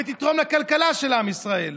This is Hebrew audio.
ותתרום לכלכלה של עם ישראל.